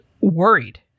worried